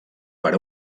per